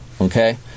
Okay